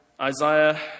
Isaiah